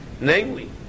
Namely